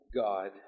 God